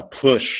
push